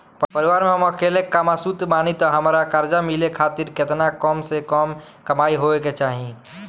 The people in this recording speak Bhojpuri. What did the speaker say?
परिवार में हम अकेले कमासुत बानी त हमरा कर्जा मिले खातिर केतना कम से कम कमाई होए के चाही?